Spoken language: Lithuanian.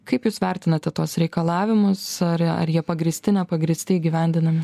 kaip jūs vertinate tuos reikalavimus ar ar jie pagrįsti nepagrįsti įgyvendinami